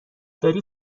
داری